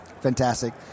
Fantastic